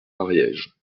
ariège